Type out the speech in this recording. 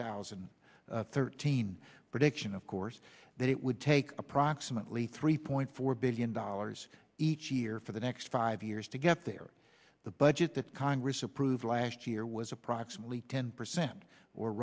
thousand and thirteen prediction of course that it would take approximately three point four billion dollars each year for the next five years to get there the budget that congress approved last year was approximately ten percent or